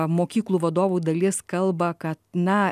mokyklų vadovų dalis kalba kad na